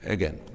Again